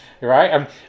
right